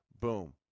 boom